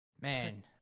man